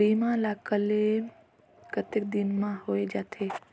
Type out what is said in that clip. बीमा ला क्लेम कतेक दिन मां हों जाथे?